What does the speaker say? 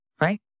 Right